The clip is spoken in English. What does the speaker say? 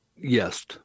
Yes